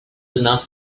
enough